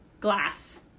Glass